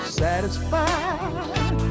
satisfied